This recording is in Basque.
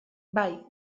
bai